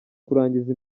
kurangiza